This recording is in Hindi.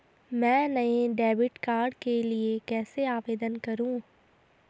मैं नए डेबिट कार्ड के लिए कैसे आवेदन करूं?